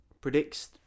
predicts